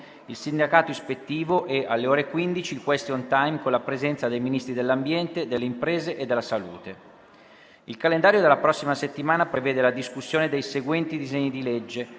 il sindacato ispettivo e, alle ore 15, il *question time* con la presenza dei Ministri dell'ambiente, delle imprese e della salute. Il calendario della prossima settimana prevede la discussione dei seguenti disegni di legge: